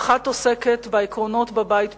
האחת עוסקת בעקרונות בבית פנימה,